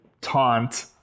taunt